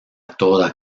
toda